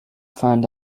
find